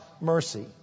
mercy